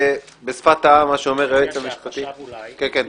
בשפת העם מה שאומר היועץ המשפטי --- אני מציע,